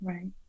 Right